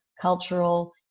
cultural